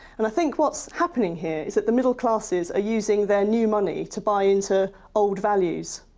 and i think what's happening here is that the middle classes are using their new money to buy into old values.